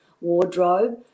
wardrobe